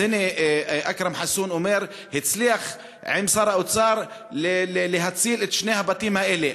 אז הנה אכרם חסון אומר שהוא הצליח עם שר האוצר להציל את שני הבתים האלה,